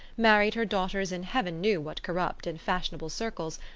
married her daughters in heaven knew what corrupt and fashionable circles,